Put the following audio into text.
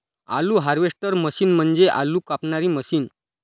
आलू harvester machine म्हणजे आलू कापणारी मशीन